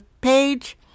page